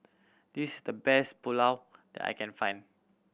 this is the best Pulao that I can find